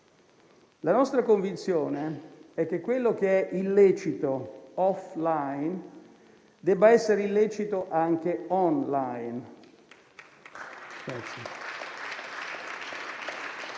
La nostra convinzione è che quello che è illecito *offline* debba essere illecito anche *online*.